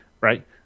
Right